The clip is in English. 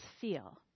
feel